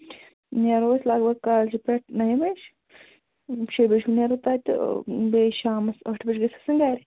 نیرو أسۍ لگ بگ کالجہ پٮ۪ٹھ نَیہِ بَجہ شیےٚ بَجہِ ہِیٛوٗ نیرو تَتہِ تہٕ بیٚیہِ شامَس ٲٹھِ بَجہِ گٔژھِ آسٕنۍ گَرِ